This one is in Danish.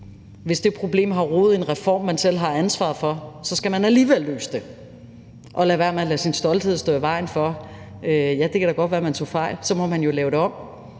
Hvis det problem har rod i en reform, man selv har ansvaret for, skal man alligevel løse det og lade være med at lade sin stolthed stå i vejen for at indrømme, at det da godt kan være, at man tog fejl. Så må man jo lave det om.